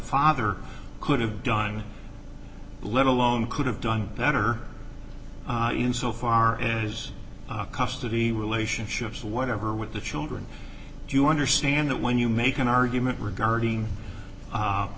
father could have dima let alone could have done better in so far as custody relationships whatever with the children do you understand that when you make an argument regarding